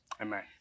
Amen